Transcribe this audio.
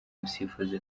umusifuzi